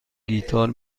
گیتار